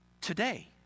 today